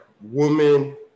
woman